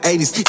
80s